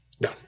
No